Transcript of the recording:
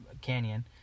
canyon